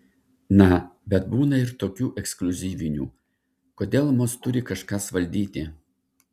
na bet būna ir tokių ekskliuzyvinių kodėl mus turi kažkas valdyti